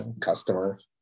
customers